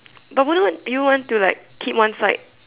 but wouldn't want you want to like keep one side